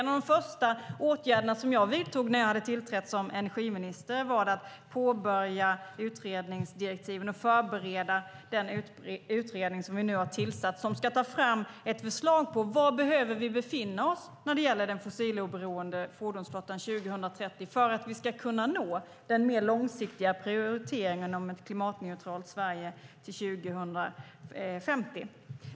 En av de första åtgärderna som jag vidtog när jag hade tillträtt som energiminister var att påbörja utredningsdirektiven och förbereda den utredning som vi nu har tillsatt som ska ta fram ett förslag på var vi behöver befinna oss när det gäller den fossiloberoende fordonsflottan 2030 för att vi ska kunna nå den mer långsiktiga prioriteringen om ett klimatneutralt Sverige till 2050.